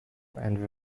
and